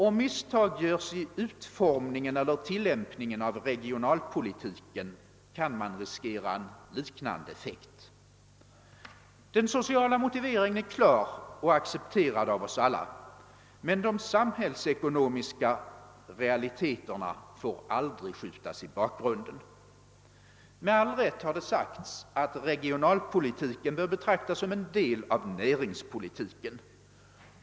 Om misstag görs i utformningen eller tillämpningen av regionalpolitiken, kan man riskera en liknande effekt. Den sociala motiveringen är klar och accepterad av oss alla, men de samhällsekonomiska realiteterna får aldrig skjutas i bakgrunden. Med all rätt har det sagts att regionalpolitiken bör betraktas som en del av näringspolitiken.